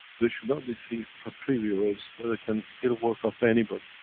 there should not be thief pre-reviewers that they can steal work of anybody.